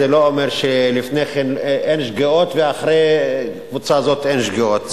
זה לא אומר שלפני כן אין שגיאות ואחרי הקבוצה הזאת אין שגיאות.